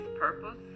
purpose